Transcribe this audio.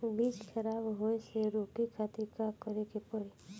बीज खराब होए से रोके खातिर का करे के पड़ी?